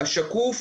השקוף,